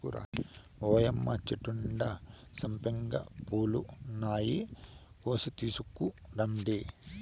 ఓయ్యమ్మ చెట్టు నిండా సంపెంగ పూలున్నాయి, కోసి తీసుకురండి